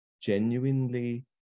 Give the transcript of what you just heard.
genuinely